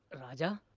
raja!